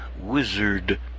Wizard